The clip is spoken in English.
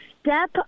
Step